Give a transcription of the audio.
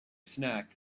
snack